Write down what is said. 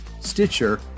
Stitcher